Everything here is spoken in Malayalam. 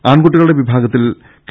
ആൺകുട്ടികളുടെ വിഭാഗത്തിൽ കെ